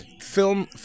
Film